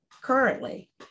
currently